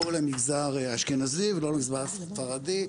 לא למגזר האשכנזי ולא למגזר הספרדי,